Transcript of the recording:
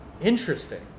Interesting